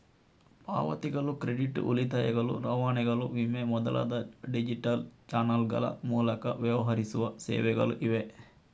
ಪಾವತಿಗಳು, ಕ್ರೆಡಿಟ್, ಉಳಿತಾಯಗಳು, ರವಾನೆಗಳು, ವಿಮೆ ಮೊದಲಾದ ಡಿಜಿಟಲ್ ಚಾನಲ್ಗಳ ಮೂಲಕ ವ್ಯವಹರಿಸುವ ಸೇವೆಗಳು ಇವೆ